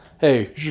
Hey